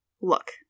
look